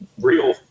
real